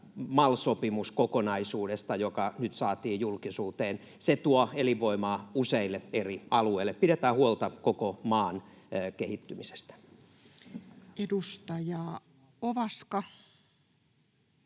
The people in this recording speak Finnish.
MAL-sopimuskokonaisuudesta, joka nyt saatiin julkisuuteen. Se tuo elinvoimaa useille eri alueille. Pidetään huolta koko maan kehittymisestä. Edustaja Ovaska.